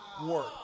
work